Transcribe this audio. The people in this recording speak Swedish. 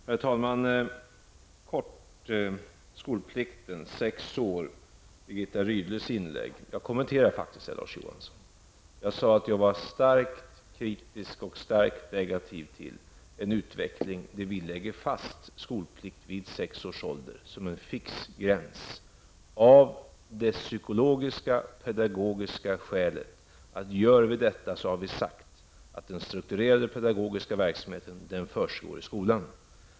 Herr talman! Först har vi Birgitta Rydles inlägg om skolplikten och skolstartsåldern sex år. Jag kommenterade faktiskt hennes inlägg, Larz Johansson. Jag sade att jag var starkt kritisk och negativ till en utveckling där vi lägger fast skolplikt vid sex års ålder som en fix gräns, av det psykologiska och pedagogiska skälet att gör vi detta har vi sagt att den strukturerade pedagogiska verksamheten försiggår i skolan.